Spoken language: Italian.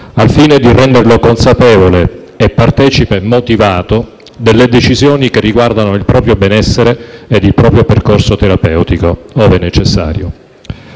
al fine di renderlo consapevole e partecipe motivato delle decisioni che riguardano il proprio benessere e il proprio percorso terapeutico, ove necessario.